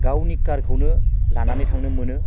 गावनि कारखौनो लानानै थांनो मोनो